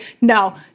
No